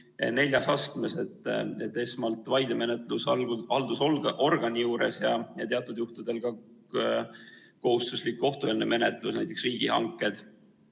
neljas astmes, st esmalt vaidemenetlus haldusorgani juures ja teatud juhtudel ka kohustuslik kohtueelne menetlus, näiteks riigihangete